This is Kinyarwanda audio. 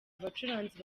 abacuranzi